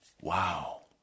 Wow